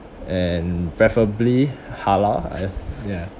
and preferably halal and ya